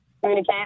communicate